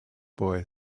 boy